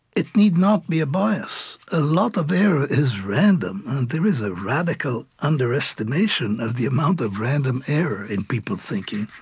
it need not be a bias. a lot of error is random, and there is a radical underestimation of the amount of random error in people's thinking,